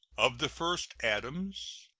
of the first adams,